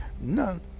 none